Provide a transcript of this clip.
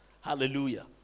Hallelujah